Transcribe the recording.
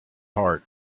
heart